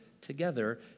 together